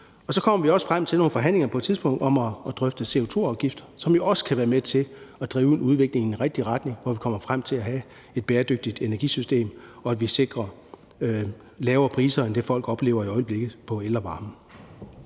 Og så kommer vi også frem til nogle forhandlinger på et tidspunkt om at drøfte CO2-afgift, som jo også kan være med til at drive en udvikling i den rigtige retning, hvor vi kommer frem til at have et bæredygtigt energisystem og at sikre lavere priser end det, folk oplever i øjeblikket, på el og varme.